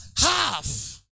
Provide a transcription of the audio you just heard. half